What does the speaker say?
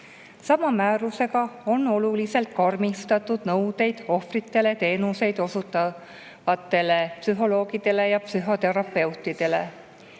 Sama määrusega on oluliselt karmistatud nõudeid ohvritele teenuseid osutavatele psühholoogidele ja psühhoterapeutidele.